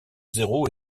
zéro